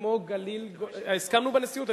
הסכמנו בנשיאות,